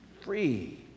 free